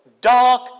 dark